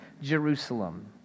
Jerusalem